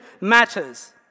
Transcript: matters